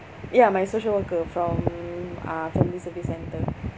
ya my social worker from uh family service centre